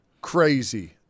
crazy